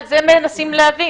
את זה אנחנו מנסים להבין.